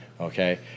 Okay